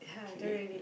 okay